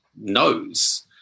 knows